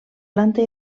planta